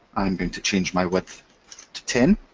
i'm going to change my width to ten.